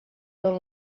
tot